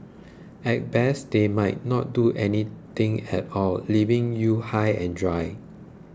at best they might not do anything at all leaving you high and dry